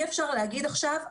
אי אפשר להגיד עכשיו,